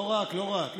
לא רק.